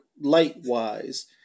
light-wise